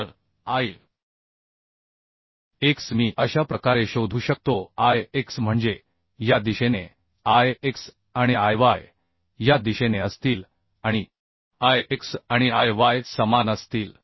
तर I x मी अशा प्रकारे शोधू शकतो I x म्हणजे या दिशेने I x आणि I y या दिशेने असतील आणि I x आणि I y समान असतील